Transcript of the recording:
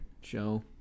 show